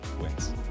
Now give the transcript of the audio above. wins